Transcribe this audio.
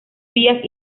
vías